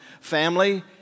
family